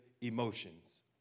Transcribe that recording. emotions